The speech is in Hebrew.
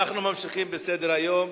אנחנו ממשיכים בסדר-היום.